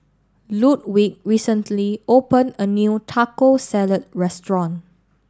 Ludwig recently opened a new Taco Salad Restaurant